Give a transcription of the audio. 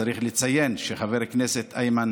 צריך לציין שחבר הכנסת איימן